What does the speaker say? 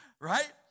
right